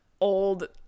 old